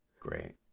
great